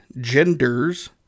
genders